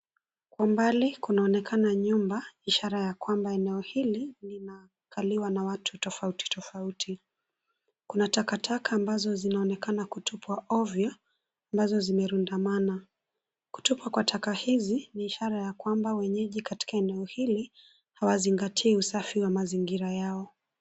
Kwa umbali kunaonekana nyumba, ishara ya kwamba eneo hili lina, kaliwa na watu tofauti tofauti, kuna takataka ambazo zinaonekana kutupwa ovyo, ambazo zimerundamana, kutupa kwa taka hizi ni ishara ya kwamba wenyeji katika eneo hili, hawazingatii usafi wa mazingira yao.